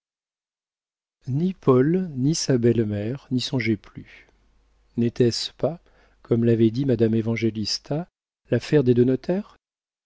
paul ni sa belle-mère n'y songeaient plus n'était ce pas comme l'avait dit madame évangélista l'affaire des deux notaires